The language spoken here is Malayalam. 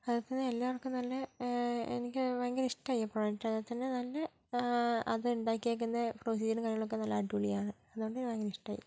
അതേപോലെ എല്ലാവർക്കും നല്ല എനിക്കും ഭയങ്കര ഇഷ്ടമായി ആ പ്രൊഡക്ട് പിന്നെ അതേപോലെ നല്ല അത് ഉണ്ടാക്കിയിരിക്കുന്ന പ്രൊസീജർ കാര്യങ്ങളൊക്കെ നല്ല അടിപൊളി ആണ് അതുകൊണ്ട് തന്നെ ഭയങ്കര ഇഷ്ടമായി